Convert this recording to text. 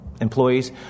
Employees